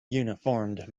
uniformed